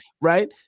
Right